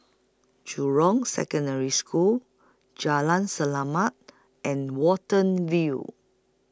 Jurong Secondary School Jalan Selamat and Watten View